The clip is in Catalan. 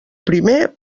primer